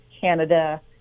Canada